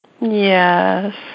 Yes